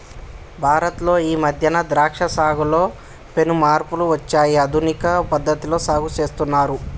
భారత్ లో ఈ మధ్యన ద్రాక్ష సాగులో పెను మార్పులు వచ్చాయి ఆధునిక పద్ధతిలో సాగు చేస్తున్నారు